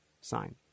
sign